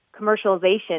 commercialization